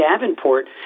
Davenport